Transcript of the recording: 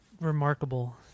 remarkable